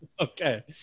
okay